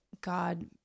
God